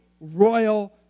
royal